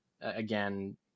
again